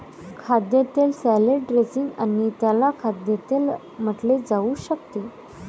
खाद्यतेल salad dressing आणि त्याला खाद्यतेल म्हटले जाऊ शकते